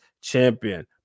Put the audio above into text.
champion